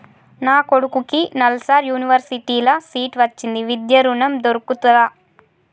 నా కొడుకుకి నల్సార్ యూనివర్సిటీ ల సీట్ వచ్చింది విద్య ఋణం దొర్కుతదా?